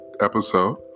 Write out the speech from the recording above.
episode